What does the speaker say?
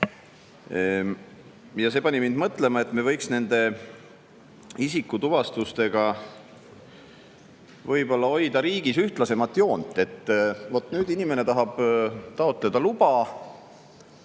See pani mind mõtlema, et me võiks nende isikutuvastustega hoida riigis ühtlasemat joont. Kui inimene tahab taotleda luba,